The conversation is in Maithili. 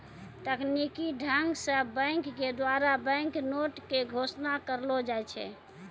तकनीकी ढंग से बैंक के द्वारा बैंक नोट के घोषणा करलो जाय छै